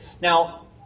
Now